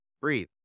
Breathe